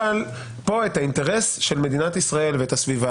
אבל פה את האינטרס של מדינת ישראל ואת הסביבה